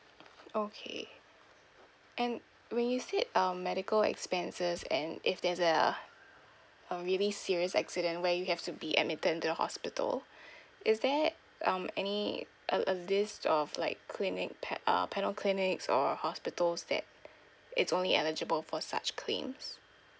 okay and when you said um medical expenses and if there's a a really serious accident where you have to be admitted into the hospital is there um any a a list of like clinic pa~ uh panel clinics or hospitals that it's only eligible for such claims